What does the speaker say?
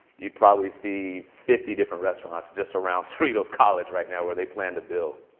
you'd probably see fifty different restaurants just around cerritos college right now where they plan to build.